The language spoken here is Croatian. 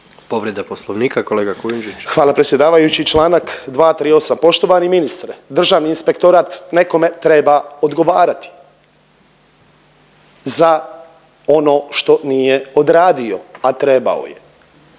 Povreda Poslovnika, kolega Kujundžić. **Kujundžić, Ante (MOST)** Hvala predsjedavajući, čl. 238. Poštovani ministre, Državni inspektorat nekome treba odgovarati za ono što nije odradio, a trebao je.